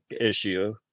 issue